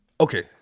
okay